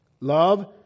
Love